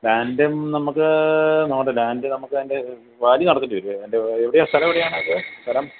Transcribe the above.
ലാൻഡും നമുക്ക് നോക്കട്ടെ ലാൻഡ് നമുക്ക് അതിൻ്റെ വാല്യൂ നടത്തേണ്ടിവരും അതിൻ്റ് എവിടെയാണ് സ്ഥലം എവിടെയാണ് അത് സ്ഥലം